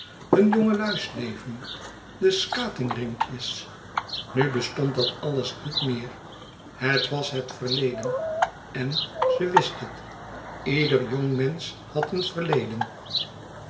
hun jongeluis leven de skating rinkjes nu bestond dat alles niet meer het was het verleden en ze wist het ieder jongmensch had een verleden